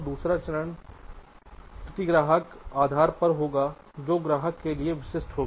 तो दूसरा चरण प्रति ग्राहक आधार पर होगा जो ग्राहकों के लिए विशिष्ट होगा